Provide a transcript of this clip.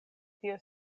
tio